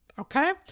okay